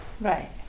Right